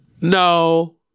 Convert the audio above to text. no